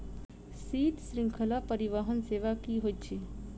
शीत श्रृंखला परिवहन सेवा की होइत अछि?